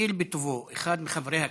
יואיל בטובו אחד מחברי הכנסת,